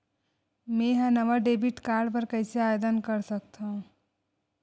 मेंहा नवा debit card बर कैसे आवेदन कर सकथव?